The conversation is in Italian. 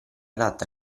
adatta